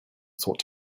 thought